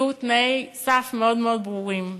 יהיו תנאי סף מאוד מאוד ברורים.